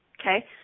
okay